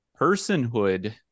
personhood